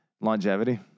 longevity